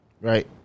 right